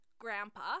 grandpa